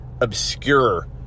obscure